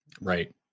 Right